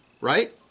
Right